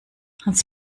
hans